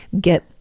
get